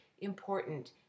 important